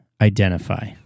identify